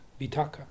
vitaka